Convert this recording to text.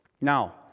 Now